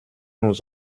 nous